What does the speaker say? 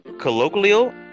colloquial